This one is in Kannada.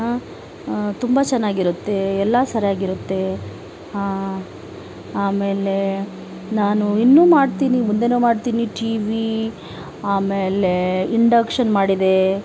ತುಂಬ ಚೆನ್ನಾಗಿರುತ್ತೆ ಎಲ್ಲ ಸರಿಯಾಗಿರುತ್ತೆ ಹಾಂ ಆಮೇಲೆ ನಾನು ಇನ್ನೂ ಮಾಡ್ತೀನಿ ಮುಂದೆಯೂ ಮಾಡ್ತೀನಿ ಟಿ ವಿ ಆಮೇಲೆ ಇಂಡಕ್ಷನ್ ಮಾಡಿದೆ